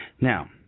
Now